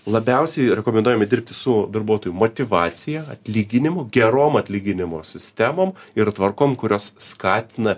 labiausiai rekomenduojame dirbti su darbuotojų motyvacija atlyginimu gerom atlyginimo sistemom ir tvarkom kurios skatina